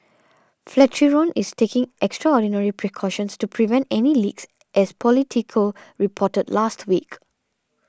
Flatiron is taking extraordinary precautions to prevent any leaks as politico reported last week